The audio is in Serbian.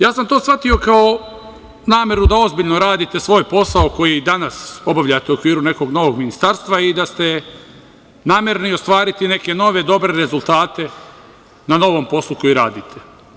Ja sam to shvatio kao nameru da ozbiljno radite svoj posao koji danas obavljate u okviru nekog novog ministarstva i da ste namerni ostvariti neke nove dobre rezultate na novom poslu koji radite.